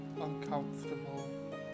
uncomfortable